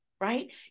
right